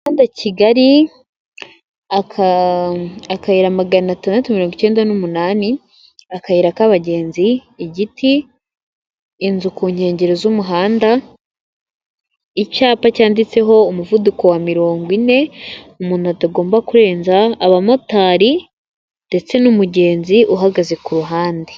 Umuhanda Kigali, aka akayira magana atandatu mirongo icyenda n'umunani, akayira k'abagenzi, igiti inzu ku nkengero z'umuhanda, icyapa cyanditseho umuvuduko wa mirongo ine, umuntu atagomba kurenza, abamotari ndetse n'umugenzi uhagaze ku ruhande.